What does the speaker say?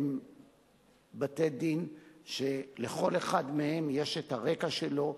הם בתי-דין שלכל אחד מהם יש הרקע שלו,